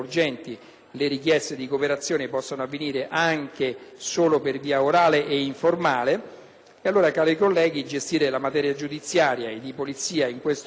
le richieste di cooperazione possano avvenire anche solo per via orale e informale. Per tutti questi motivi, cari colleghi, gestire la materia giudiziaria e di polizia in un modo